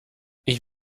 ich